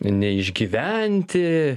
nei išgyventi